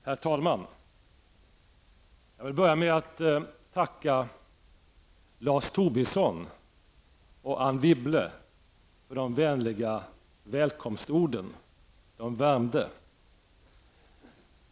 Herr talman! Jag vill börja med att tacka Lars Tobisson och Anne Wibble för de vänliga välkomstorden. De värmde.